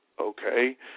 okay